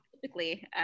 typically